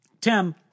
Tim